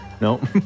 Nope